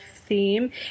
theme